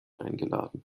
eingeladen